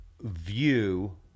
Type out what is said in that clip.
view